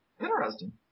Interesting